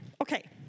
Okay